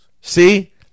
See